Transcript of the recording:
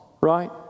right